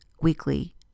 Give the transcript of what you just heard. weekly